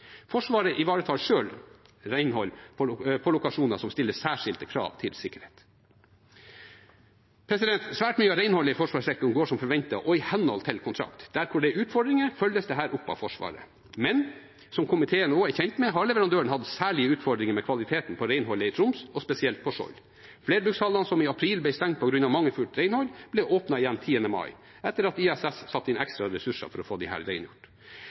Forsvaret ivaretar selv renhold på lokasjoner som stiller særskilte krav til sikkerhet. Svært mye av renholdet i forsvarssektoren går som forventet og i henhold til kontrakt. Der det er utfordringer, følges dette opp av Forsvaret. Men, som komiteen også er kjent med, har leverandøren hatt særlige utfordringer med kvaliteten på renholdet i Troms, spesielt på Skjold. Flerbrukshallene som i april ble stengt på grunn av mangelfullt renhold, ble åpnet igjen 10. mai etter at ISS hadde satt inn ekstra ressurser for å få